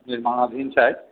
निर्माणाधीन छै